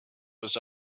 was